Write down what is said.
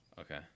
Okay